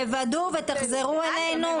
תוודאו ותחזרו אלינו.